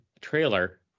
trailer